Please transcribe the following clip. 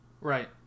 Right